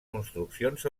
construccions